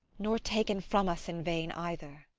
nor taken from us in vain, either.